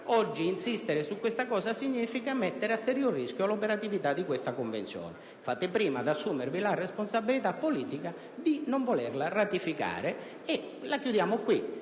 così. Insistere su questo punto significa mettere a serio rischio l'operatività della Convenzione. Fate prima ad assumervi la responsabilità politica di non ratificarla e la chiudiamo qui;